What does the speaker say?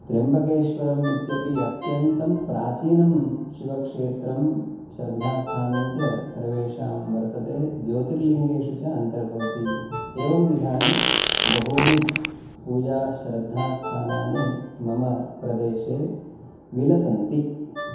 त्र्यम्बकेश्वरम् इत्यपि अत्यन्तं प्राचीनं शिवक्षेत्रं श्रद्धास्थानञ्च सर्वेषां वर्तते ज्योतिर्लिङ्गेषु च अन्तर्भवति एवं विधाने बहूनि पूजाश्रद्धास्थानानि मम प्रदेशे विलसन्ति